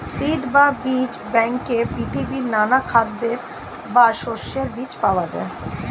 seed বা বীজ ব্যাংকে পৃথিবীর নানা খাদ্যের বা শস্যের বীজ পাওয়া যায়